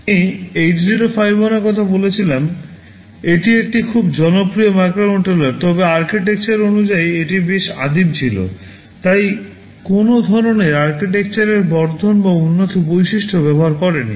আমি 8051 এর কথা বলেছিলাম এটি একটি খুব জনপ্রিয় মাইক্রোকন্ট্রোলার তবে আর্কিটেকচার অনুযায়ী এটি বেশ আদিম ছিল এটি কোনও ধরণের architecture এর বর্ধন বা উন্নত বৈশিষ্ট্য ব্যবহার করেনি